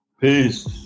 Peace